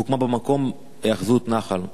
אף הוקמה במקום היאחזות נח"ל.